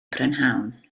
prynhawn